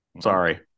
Sorry